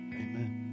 amen